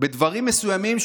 בדברים מסוימים,